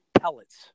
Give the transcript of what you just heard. pellets